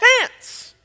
chance